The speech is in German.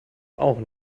auch